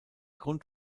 grund